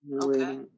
Okay